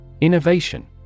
Innovation